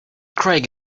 craig